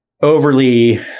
overly